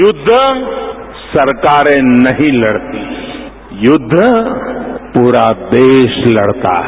युद्ध सरकारें नहीं लड़तीं युद्ध प्रस देश लड़ता है